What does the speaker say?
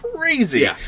Crazy